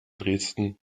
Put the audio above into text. dresden